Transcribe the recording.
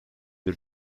bir